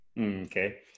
Okay